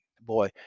Boy